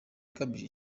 igamije